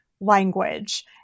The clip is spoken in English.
language